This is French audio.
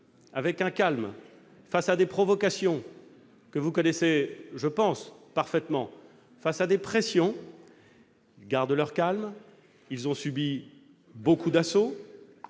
exemplaires, face à des provocations que vous connaissez- je le pense -parfaitement. Face aux pressions, ils gardent leur calme. Ils ont subi beaucoup d'assauts.